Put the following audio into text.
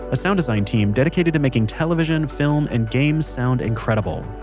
a sound design team dedicated to making television, film, and games sound incredible.